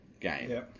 game